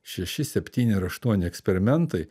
šeši septyni ar aštuoni eksperimentai